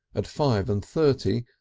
at five and thirty,